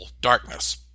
darkness